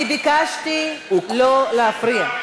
אני ביקשתי לא להפריע.